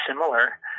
similar